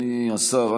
אדוני השר,